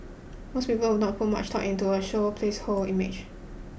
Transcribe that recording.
most people would not put much thought into a show's placeholder image